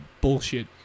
bullshit